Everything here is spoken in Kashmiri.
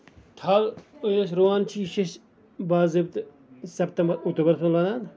تھل ٲسۍ رُوان چھِ یہِ چھِ أسۍ باضٲبطہٕ سپتمبر اوٚکتُوبرس منٛز لاگان